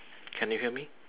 can you hear me